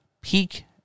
peak